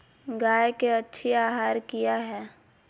गाय के अच्छी आहार किया है?